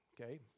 Okay